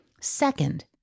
Second